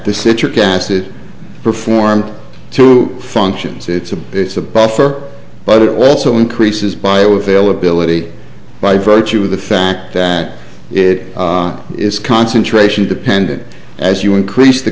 the citric acid performed two functions it's a base a buffer but it also increases bioavailability by virtue of the fact that it is concentration dependent as you increase the